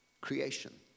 creation